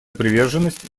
приверженность